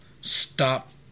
Stop